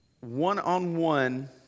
one-on-one